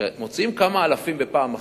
כאשר מוציאים כמה אלפים בפעם אחת,